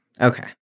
okay